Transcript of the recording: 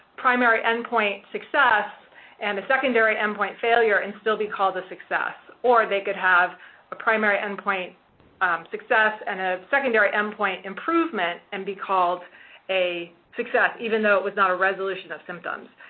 primary endpoint success and a secondary endpoint failure and still be called a success. or, they could have a primary endpoint success and a secondary endpoint improvement and be called a success even though it was not a resolution of symptoms.